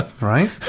right